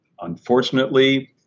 Unfortunately